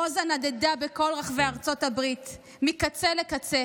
רוזה נדדה בכל רחבי ארצות הברית מקצה לקצה